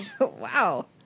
Wow